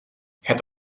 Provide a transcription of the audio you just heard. het